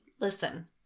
listen